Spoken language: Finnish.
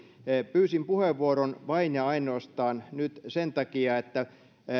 pyysin puheenvuoron nyt vain ja ainoastaan sen takia että